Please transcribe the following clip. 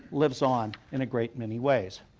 lives on in a great many ways.